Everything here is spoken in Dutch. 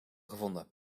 gevonden